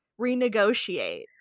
renegotiate